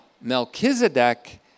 Melchizedek